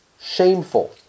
shameful